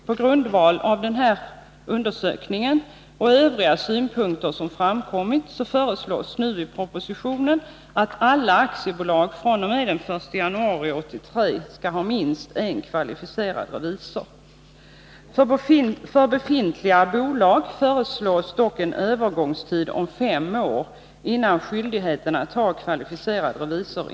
På grundval av denna undersökning och övriga synpunkter som framkommit föreslås nu i propositionen att alla aktiebolag fr.o.m. den 1 januari 1983 skall ha minst en kvalificerad revisor.